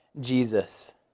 Jesus